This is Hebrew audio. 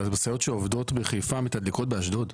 אבל המשאיות שעובדות בחיפה מתדלקות באשדוד.